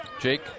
Jake